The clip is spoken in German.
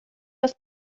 das